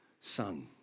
son